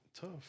tough